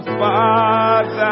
father